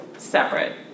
Separate